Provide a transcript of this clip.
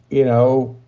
you know,